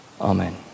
Amen